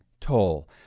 toll